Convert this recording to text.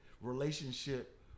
relationship